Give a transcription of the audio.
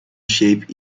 shape